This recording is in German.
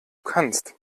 kannst